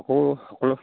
আকৌ সকলো